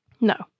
No